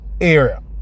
area